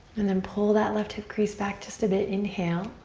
and then pull that left hip crease back just a bit. inhale.